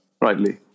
rightly